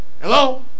Hello